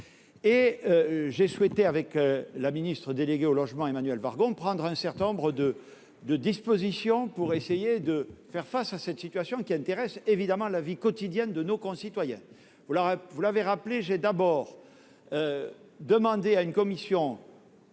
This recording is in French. J'ai souhaité, en lien avec la ministre déléguée chargée du logement, Mme Emmanuelle Wargon, prendre un certain nombre de dispositions pour essayer de faire face à cette situation, qui intéresse la vie quotidienne de nos concitoyens. Vous l'avez rappelé, j'ai d'abord demandé à une commission